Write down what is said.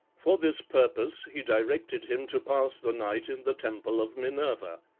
for this purpose he directed him to pass the night in the temple of minerva.